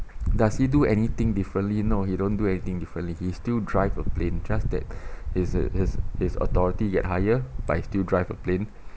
does he do anything differently no he don't do anything differently he still drive a plane just that his his his authority get higher but he still drive a plane